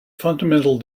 fundamental